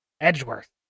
Edgeworth